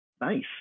Nice